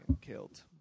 killed